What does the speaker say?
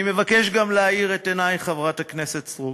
אני מבקש גם להאיר את עינייך, חברת הכנסת סטרוק: